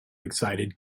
excited